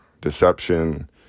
deception